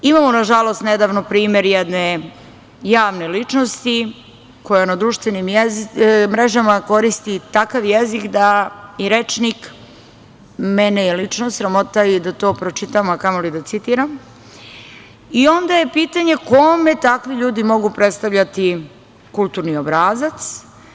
Imamo nažalost nedavno primer jedne javne ličnosti koja na društvenim mrežama koristi takav jezik da, i rečnik, mene je lično sramota i da to pročitam a kamoli da citiram i onda je pitanje - kome takvi ljudi mogu predstavljati kulturni obrazac?